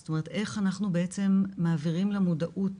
זאת אומרת, איך אנחנו בעצם מעבירים למודעות